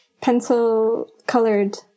pencil-colored